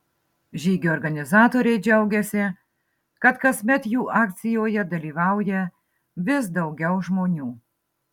žygio organizatoriai džiaugiasi kad kasmet jų akcijoje dalyvauja vis daugiau žmonių